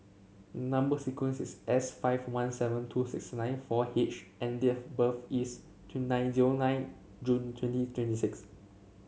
number sequence is S five one seven two six nine four H and date of birth is two nine zero nine June twenty twenty six